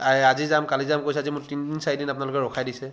আজি যাম কালি যাম কৰিছে মোৰ তিনদিন চাৰিদিন মোৰ ৰখাই দিছে